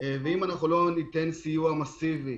ואם לא ניתן סיוע מסיבי